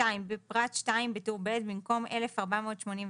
בפרט (2), בטור ב', במקום "1,4848"